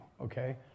okay